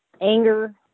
anger